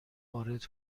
وارد